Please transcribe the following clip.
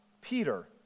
Peter